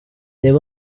there